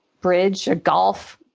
bridge, golf,